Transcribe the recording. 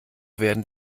werden